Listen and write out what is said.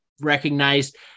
recognized